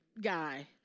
guy